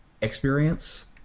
experience